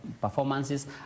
performances